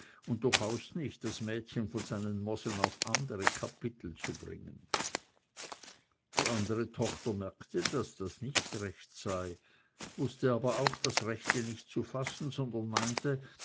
und durchaus nicht das mädchen von seinen mosen auf das andere kapitel zu bringen die andere tochter merkte daß das nicht recht sei wußte aber auch das rechte nicht zu fassen sondern meinte